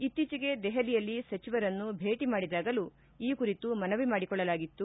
ಇತ್ತೀಚೆಗ ದೆಹಲಿಯಲ್ಲಿ ಸಚಿವರನ್ನು ಭೇಟಿ ಮಾಡಿದಾಗಲೂ ಈ ಕುರಿತು ಮನವಿ ಮಾಡಿಕೊಳ್ಳಲಾಗಿತ್ತು